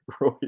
Roy